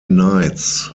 nights